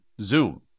Zoom